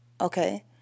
Okay